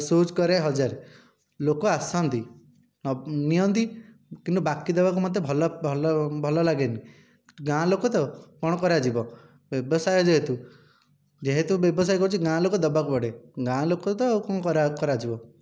shoes କରେ ହଜାର ଲୋକ ଆସନ୍ତି ନିଅନ୍ତି କିନ୍ତୁ ବାକି ଦେବାକୁ ମୋତେ ଭଲ ଭଲ ଭଲ ଲାଗେନି ଗାଁ ଲୋକ ତ କ'ଣ କରାଯିବ ବ୍ୟବସାୟ ଯେହେତୁ ଯେହେତୁ ବ୍ୟବସାୟ କରୁଛି ଗାଁ ଲୋକ ଦେବାକୁ ପଡ଼େ ଗାଁ ଲୋକ ତ ଆଉ କ'ଣ କରା କରାଯିବ